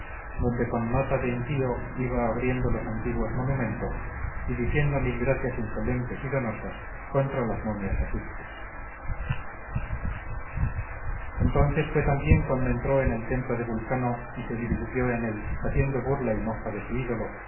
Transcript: donde con nota de impío iba abriendo los antiguos monumentos y diciendo mil gracias insolentes y donosas contra las momias egipcias entonces fue también cuando entró en el templo de vulcano y se divirtió en él haciendo burla y mofa de su ídolo